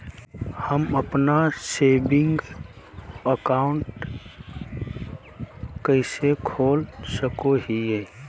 हम अप्पन saving account कइसे खोल सको हियै?